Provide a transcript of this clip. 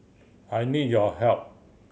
I need your help